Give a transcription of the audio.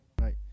Right